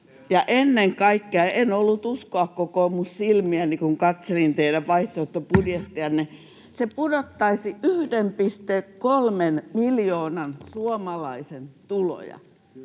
ennen kaikkea — en ollut uskoa, kokoomus, silmiäni, kun katselin teidän vaihtoehtobudjettianne — se pudottaisi 1,3 miljoonan suomalaisen tuloja,